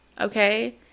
Okay